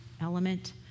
element